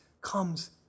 comes